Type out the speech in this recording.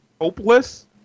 hopeless